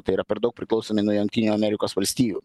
tai yra per daug priklausomi nuo jungtinių amerikos valstijų